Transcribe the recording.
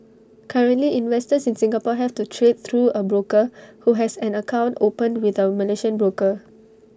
currently investors in Singapore have to trade through A broker who has an account opened with A Malaysian broker